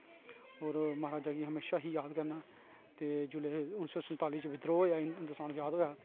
औऱ महाराज गी हमेशा ही याद करना ते जिसले उन्नी सो संताली च बिद्रोह होया हिन्दुस्तान आजाद होया हा